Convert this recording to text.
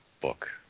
book